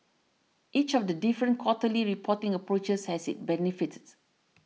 each of the different quarterly reporting approaches has its benefits